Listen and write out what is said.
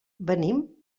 venim